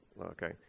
Okay